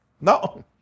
No